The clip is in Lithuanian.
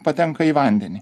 patenka į vandenį